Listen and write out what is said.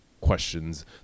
questions